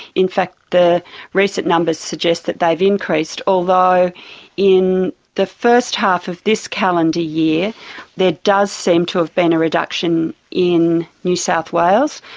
in fact the recent numbers suggest that they've increased, although in the first half of this calendar year there does seem to have been a reduction in new south wales.